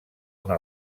una